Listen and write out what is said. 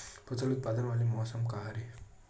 फसल उत्पादन वाले मौसम का हरे?